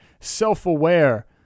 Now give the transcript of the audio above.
self-aware